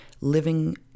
living